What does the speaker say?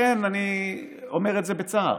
אני אומר את זה בצער.